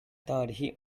tarihi